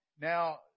Now